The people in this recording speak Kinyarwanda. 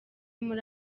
muri